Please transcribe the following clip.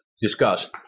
discussed